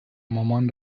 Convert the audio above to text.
مامان